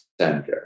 Center